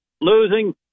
losing